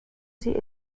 sie